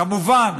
כמובן,